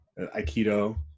Aikido